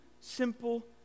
simple